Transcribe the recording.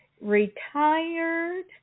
retired